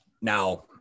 now